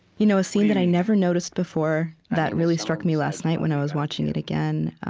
you know a scene that i never noticed before that really struck me last night, when i was watching it again,